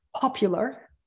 popular